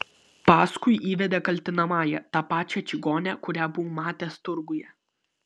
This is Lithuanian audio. paskui įvedė kaltinamąją tą pačią čigonę kurią buvau matęs turguje